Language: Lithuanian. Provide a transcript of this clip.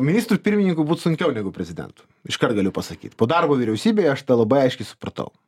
ministru pirmininku būt sunkiau negu prezidentu iškart galiu pasakyt po darbo vyriausybėje aš tą labai aiškiai supratau